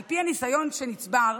על פי הניסיון שנצטבר,